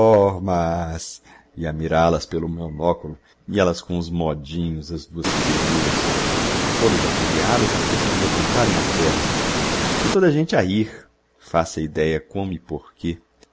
órmas e a mirál as pelo monóculo e ellas com uns módinhos as duas perúas todas afogueadas á força de levantarem a perna e toda a gente a rir faça ideia como e porquê